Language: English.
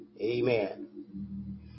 Amen